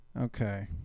Okay